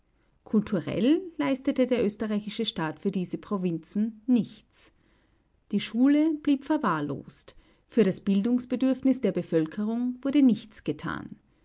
kulturell leistete der österreichische staat für diese provinzen nichts die schule blieb verwahrlost für das bildungsbedürfnis der bevölkerung wurde nichts getan